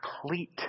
complete